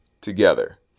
together